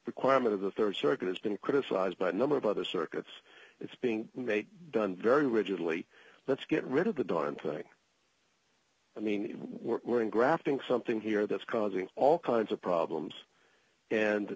requirement of the rd circuit has been criticized by a number of other circuits it's being done very rigidly let's get rid of the dawn thing i mean we're in grafting something here that's causing all kinds of problems and